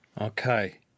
Okay